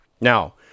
Now